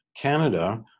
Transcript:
Canada